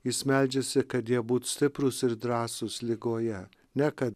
jis meldžiasi kad jie būt stiprūs ir drąsūs ligoje ne kad